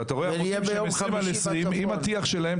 ואתה רואה עמודים של 20 על 20 עם הטיח שלהם,